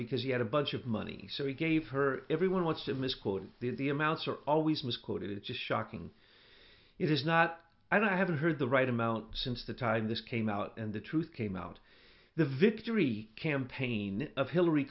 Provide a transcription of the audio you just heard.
because he had a bunch of money so he gave her everyone wants to misquote the amounts are always misquoted it's shocking it is not i don't i haven't heard the right amount since the time this came out and the truth came out the victory campaign of hillary